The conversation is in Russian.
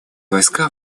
войска